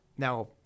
Now